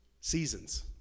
Seasons